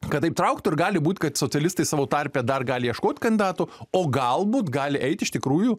kad taip trauktų ir gali būt kad socialistai savo tarpe dar gali ieškot kandidatų o galbūt gali eit iš tikrųjų